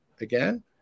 Again